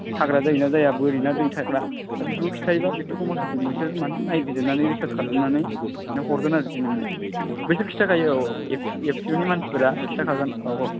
हाग्रा जायो ना जाया बोरि ना दै थाग्रा दा बेफोरखौ खिथायोब्ला बेफोरखौ माखासे बिसोर माने नायबिजिरनानै रिसार्स खालामनानै हरगोन आरोखि नोंनो बैसोर खिथाखायो औ औ औ एफ सि अ नि मानसिफोरा खिथाखागोन औ औ